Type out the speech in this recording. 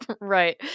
Right